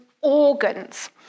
organs